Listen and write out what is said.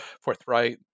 forthright